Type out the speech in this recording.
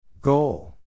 Goal